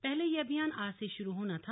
पहले ये अभियान आज से शुरू होना था